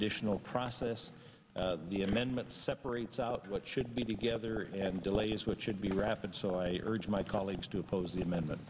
additional process the amendments separates out what should be together and delay is what should be rapid so i urge my colleagues to oppose the amendment